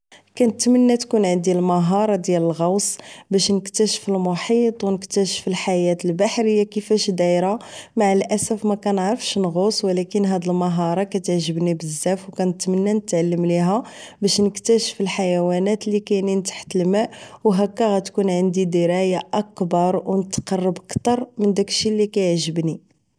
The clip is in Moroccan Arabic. كنتمنى تكون عندي المهارة ديال الغوص باش نكتاشف المحيط و نكتاشف الحياة البحرية كيفاش دايرة مع الاسف مكنعرفش نغوص و لكن هاد المهارة كتعجبني بزاف و كنتمنى نتعلم ليها باش نكتاشف الحيوانات اللي كاينين تحت الماء هكا غتكون عندي دراية اكبر و نتقرب كتر نداكشي اللي كيعجبني